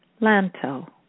Lanto